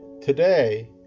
Today